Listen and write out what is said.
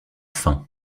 faim